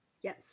Yes